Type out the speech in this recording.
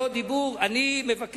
שאני אבין.